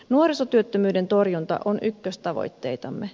nuorisotyöttömyyden torjunta on ykköstavoitteitamme